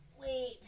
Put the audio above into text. Wait